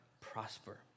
prosper